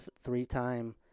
three-time